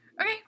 okay